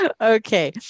Okay